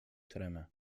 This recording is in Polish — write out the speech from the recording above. tremę